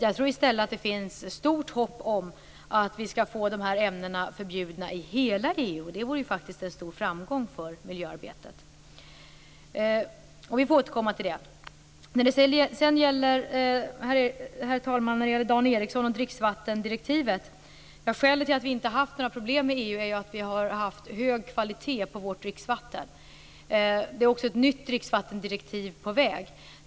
Jag tror i stället att det finns hopp om att vi skall få ämnena förbjudna i hela EU, och det vore ju faktiskt en stor framgång för miljöarbetet. Vi får återkomma till det. Herr talman! Så till Dan Ericsson och dricksvattendirektivet. Skälet till att vi inte har haft några problem med EU är att vi har haft en hög kvalitet på vårt dricksvatten. Ett nytt dricksvattendirektiv är också på väg.